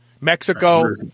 Mexico